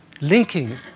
linking